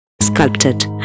Sculpted